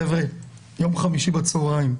חברים, יום חמישי בצהרים.